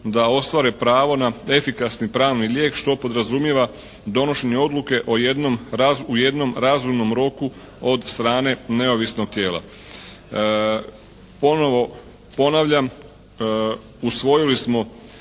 da ostvare pravo na efikasni pravni lijek što podrazumijeva donošenje odluke u jednom razumnom roku od strane neovisnog tijela. Ponovo ponavljam usvojili smo